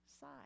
side